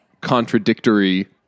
contradictory